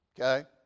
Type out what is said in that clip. Okay